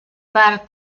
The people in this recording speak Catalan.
part